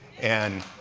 and